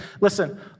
Listen